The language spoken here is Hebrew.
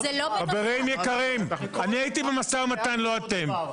אני הייתי במשא ומתן, לא אתם.